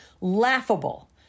laughable